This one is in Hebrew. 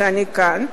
שאני כאן,